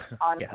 on